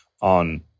on